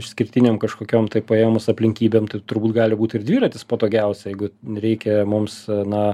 išskirtinėm kažkokiom tai paėmus aplinkybėm tai turbūt gali būti ir dviratis patogiausia jeigu reikia mums na